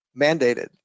mandated